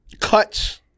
cuts